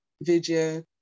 video